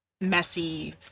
messy